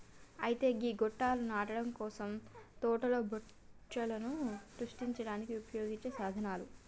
అయితే గీ గొట్టాలు నాటడం కోసం తోటలో బొచ్చులను సృష్టించడానికి ఉపయోగించే సాధనాలు